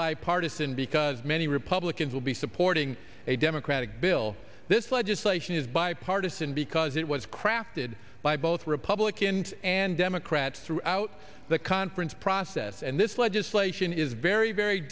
bipartisan because many republicans we'll be supporting a democratic bill this legislation is bipartisan because it was crafted by both republicans and democrats throughout the conference process and this legislation is very very